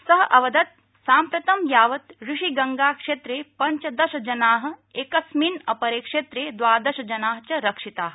स अवदत् साम्प्रतं यावत् ऋषिगंगा क्षेत्रे पञ्चदश जना किस्मिन्नपरे क्षेत्रे द्वादश जना च रक्षिता